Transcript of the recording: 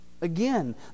Again